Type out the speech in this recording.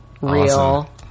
real